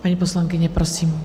Paní poslankyně, prosím.